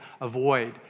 avoid